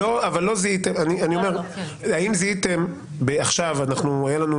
עכשיו היה לנו